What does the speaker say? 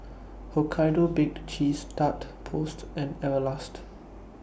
Hokkaido Baked Cheese Tart Post and Everlast